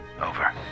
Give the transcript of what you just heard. Over